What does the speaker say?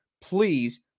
please